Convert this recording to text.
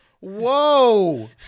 whoa